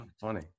funny